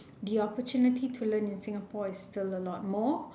the opportunity to learn in singapore is still a lot more